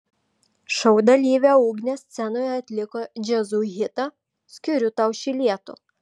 šou dalyvė ugnė scenoje atliko jazzu hitą skiriu tau šį lietų